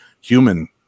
human